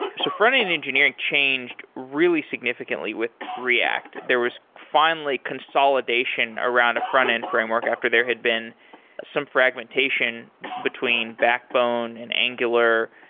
so frontend engineering changed really significantly with react. there was finally consolidation around a frontend framework after there had been some fragmentation between backbone, and angular,